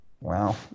wow